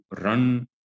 run